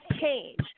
change